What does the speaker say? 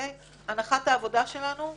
הנחת העבודה שלנו היא